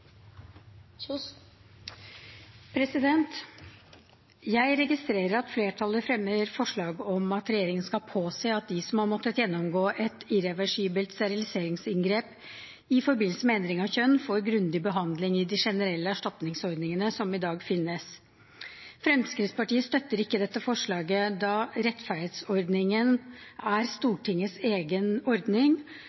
Jeg registrerer at flertallet fremmer forslag om at regjeringen skal påse at de som har måttet gjennomgå et irreversibelt steriliseringsinngrep i forbindelse med endring av kjønn, får grundig behandling i de generelle erstatningsordningene som i dag finnes. Fremskrittspartiet støtter ikke dette forslaget, da rettferdsordningen er